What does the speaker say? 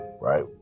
right